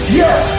yes